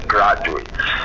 Graduates